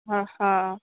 हा हा